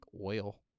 oil